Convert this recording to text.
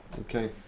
Okay